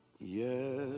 Yes